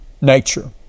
nature